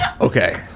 Okay